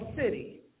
city